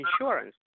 insurance